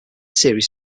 series